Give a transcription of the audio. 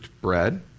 bread